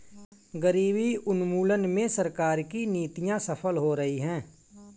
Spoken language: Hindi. गरीबी उन्मूलन में सरकार की नीतियां सफल हो रही हैं